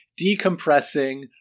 decompressing